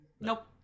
nope